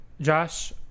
Josh